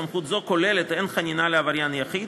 סמכות זו כוללת הן חנינה לעבריין יחיד,